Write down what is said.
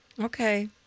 Okay